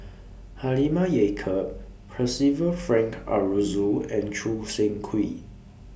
Halimah Yacob Percival Frank Aroozoo and Choo Seng Quee